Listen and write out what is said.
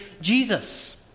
Jesus